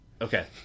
Okay